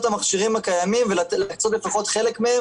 תוספת בטוח צריכים,